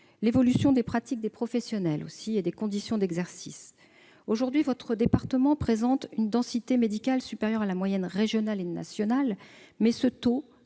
l'évolution des pratiques des professionnels et des conditions d'exercice. Aujourd'hui, le département de la Haute-Garonne présente une densité médicale supérieure à la moyenne régionale et nationale, mais ce taux